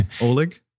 Oleg